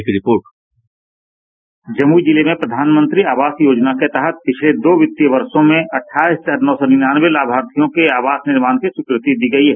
एक report sound bite Jamui जिले में प्रधानमंत्री आवास योजना के तहत पिछले दो वित्तीय वर्षो में अठाईस हजार नौ सी निन्यानवे लामार्थियों के आवास निर्माण की स्वीकृति दी गयी है